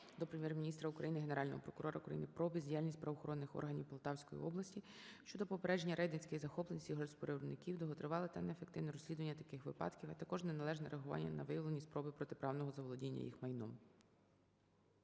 до Прем'єр-міністра України, Генерального прокурора України про бездіяльність правоохоронних органів Полтавської області щодо попередження рейдерських захоплень сільгоспвиробників, довготривале та неефективне розслідування таких випадків, а також неналежне реагування на виявлені спроби протиправного заволодіння їх майном.